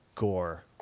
gore